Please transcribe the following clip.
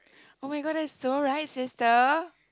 oh-my-god that is so right sister